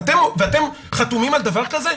אתם חתומים על דבר כזה?